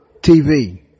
TV